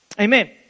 Amen